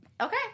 okay